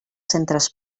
centres